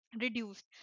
reduced